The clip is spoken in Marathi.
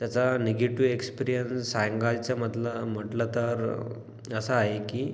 त्याचा निगेटिव एक्सपिरियन्स सांगायचा म्हटलं म्हटलं तर असा आहे की